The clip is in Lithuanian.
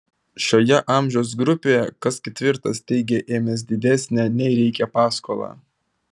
šioje amžiaus grupėje kas ketvirtas teigia ėmęs didesnę nei reikia paskolą